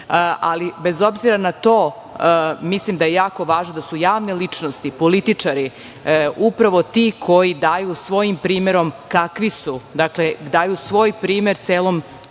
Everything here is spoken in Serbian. ali bez obzira na to mislim da je jako važno da su javne ličnosti, političari, upravo ti koji daju svojim primerom kakvi su. Dakle, daju svoj primer celom